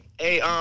Hey